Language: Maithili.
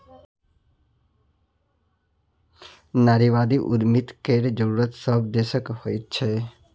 नारीवादी उद्यमिता केर जरूरत सभ देशकेँ होइत छै